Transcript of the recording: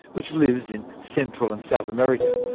which lives in central and south america.